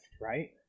right